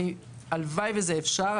הלוואי וזה אפשרי,